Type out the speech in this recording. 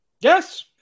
Yes